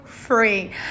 free